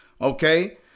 okay